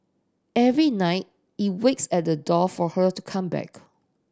every night it waits at the door for her to come back